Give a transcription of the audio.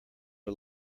are